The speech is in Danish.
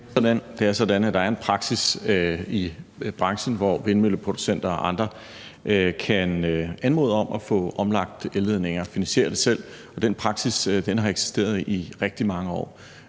Det er sådan, at der er en praksis i branchen, hvor vindmølleproducenter og andre kan anmode om at få omlagt elledninger og selv finansiere det, og den praksis har eksisteret i rigtig mange år.